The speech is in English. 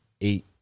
eight